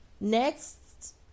next